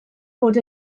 bod